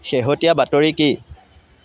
শেহতীয়া বাতৰি কি